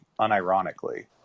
unironically